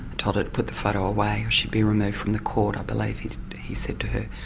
told her to put the photo away or she'd be removed from the court, i believe he he said to her.